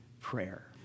prayer